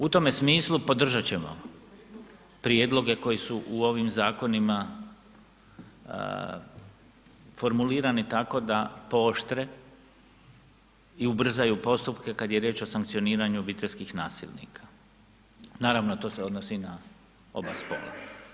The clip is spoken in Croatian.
U tome smislu podržat ćemo prijedloge koji su u ovim zakonima formulirani tako da pooštre i ubrzaju postupke kada je riječ o sankcioniranju obiteljskih nasilnika, naravno to se odnosi na oba spola.